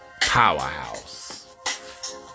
powerhouse